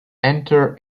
enter